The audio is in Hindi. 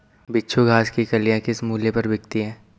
बिच्छू घास की कलियां किस मूल्य पर बिकती हैं?